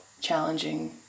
challenging